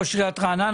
ראש עיריית רעננה,